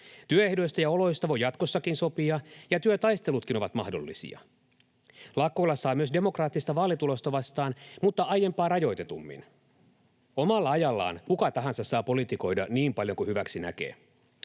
Työehdoista ja ‑oloista voi jatkossakin sopia, ja työtaistelutkin ovat mahdollisia. Lakkoilla saa myös demokraattista vaalitulosta vastaan, mutta aiempaa rajoitetummin. Omalla ajallaan kuka tahansa saa politikoida niin paljon kuin hyväksi näkee.